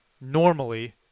normally